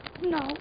No